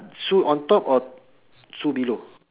sue on top or sue below